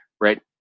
right